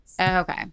Okay